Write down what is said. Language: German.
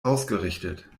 ausgerichtet